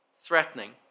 threatening